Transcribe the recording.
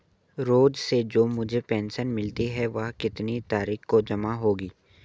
रोज़ से जो मुझे पेंशन मिलती है वह कितनी तारीख को जमा होगी?